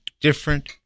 different